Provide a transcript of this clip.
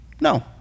No